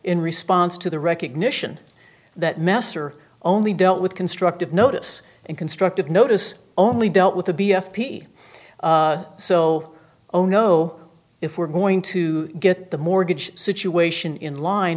in response to the recognition that mass are only dealt with constructive notice and constructive notice only dealt with the b s p so oh no if we're going to get the mortgage situation in line